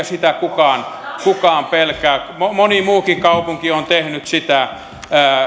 sitä kukaan kukaan pelkää moni muukin kaupunki on tehnyt sitä